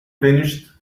vanished